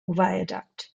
viaduct